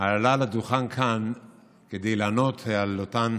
עלה לדוכן כאן כדי לענות על אותן